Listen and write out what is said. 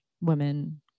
women